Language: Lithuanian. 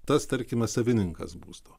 tas tarkime savininkas būsto